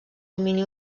domini